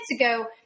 ago